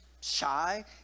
shy